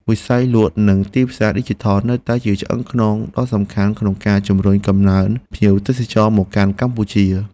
វិស័យលក់និងទីផ្សារឌីជីថលនៅតែជាឆ្អឹងខ្នងដ៏សំខាន់ក្នុងការជំរុញកំណើនភ្ញៀវទេសចរមកកាន់កម្ពុជា។